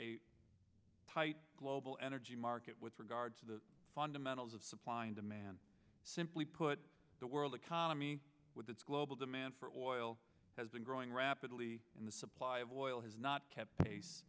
a tight global energy market with regard to the fundamentals of supply and demand simply put the world economy with its global demand for oil has been growing rapidly in the supply of oil has not kept pace